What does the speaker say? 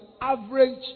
average